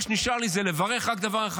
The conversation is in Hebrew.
מה שנשאר לי זה לברך רק דבר אחד.